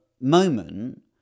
moment